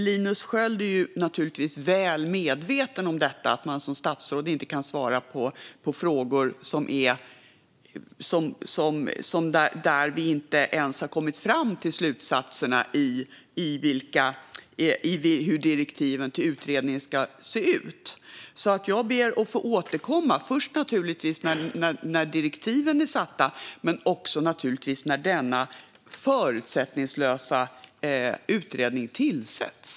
Linus Sköld är naturligtvis väl medveten om att man som statsråd inte kan svara på frågor där vi inte ens har kommit fram till slutsatserna om hur direktiven till utredningen ska se ut. Jag ber därför att få återkomma - naturligtvis först när direktiven har skrivits och sedan när den förutsättningslösa utredningen har tillsatts.